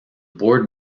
board